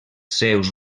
seus